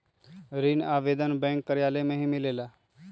ऋण आवेदन बैंक कार्यालय मे ही मिलेला?